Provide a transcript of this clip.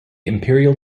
imperial